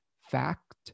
fact